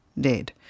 dead